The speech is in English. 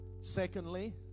Secondly